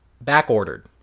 back-ordered